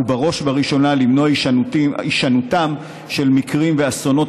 ובראש וראשונה למנוע את הישנותם של מקרים ואסונות